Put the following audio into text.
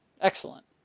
Excellent